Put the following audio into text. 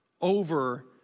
over